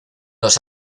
los